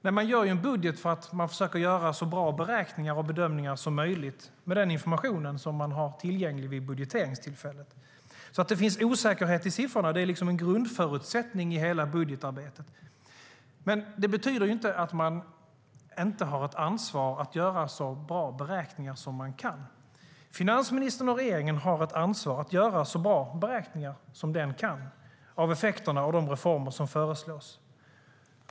Nej, man gör en budget för att man försöker göra så bra beräkningar och bedömningar som möjligt med den information man har tillgänglig vid budgeteringstillfället. Att det finns osäkerhet i siffrorna är liksom en grundförutsättning i hela budgetarbetet. Det betyder dock inte att man inte har ett ansvar att göra så bra beräkningar som man kan. Finansministern och regeringen har ett ansvar att göra så bra beräkningar som de kan av effekterna av de reformer som föreslås.